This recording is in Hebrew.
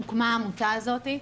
הוקמה העמותה הזאת.